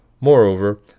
Moreover